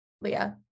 Leah